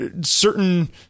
certain